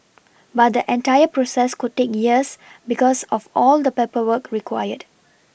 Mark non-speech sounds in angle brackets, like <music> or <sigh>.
<noise> but the entire process could take years because of all the paperwork required